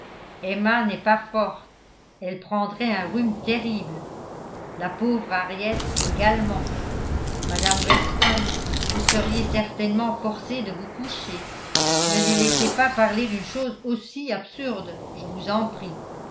emma n'est pas forte elle prendrait un rhume terrible la pauvre petite henriette également madame weston vous seriez certainement forcée de vous coucher ne les laissez pas parler d'une chose aussi absurde je vous en prie